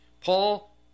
Paul